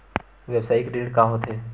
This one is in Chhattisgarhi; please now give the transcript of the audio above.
व्यवसायिक ऋण का होथे?